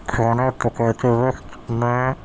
کھانا پکاتے وقت میں